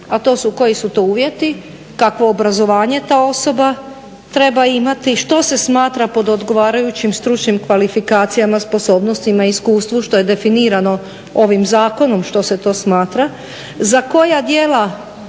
a to su koji su to uvjeti, kakvo obrazovanje ta osoba treba imati, što se smatra pod odgovarajućim stručnim kvalifikacijama, sposobnostima i iskustvu što je definirano ovim zakonom što se to smatra, za koja djela